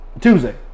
tuesday